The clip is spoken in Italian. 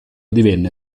divenne